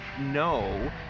no